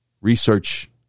research